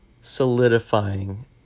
solidifying